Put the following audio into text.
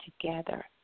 together